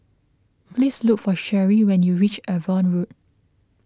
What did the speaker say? please look for Sheri when you reach Avon Road